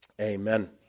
Amen